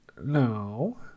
No